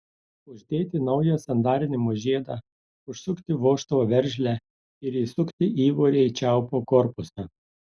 uždėti naują sandarinimo žiedą užsukti vožtuvo veržlę ir įsukti įvorę į čiaupo korpusą